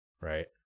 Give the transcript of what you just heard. right